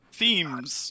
themes